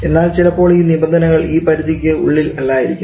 എന്നാൽ ചിലപ്പോൾ ഈ നിബന്ധനകൾ ഈ പരിധിക്ക് ഉള്ളിൽ അല്ലായിരിക്കാം